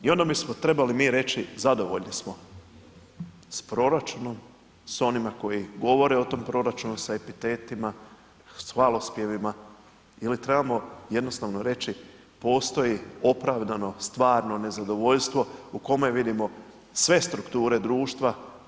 I onda bismo mi trebali reći zadovoljni smo s proračunom s onima koji govore o tom proračunu sa epitetima s hvalospjevima ili trebamo jednostavno reći postoji opravdano stvarno nezadovoljstvo u kome vidimo sve strukture društva.